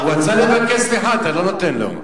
הוא רצה לבקש סליחה, אתה לא נותן לו.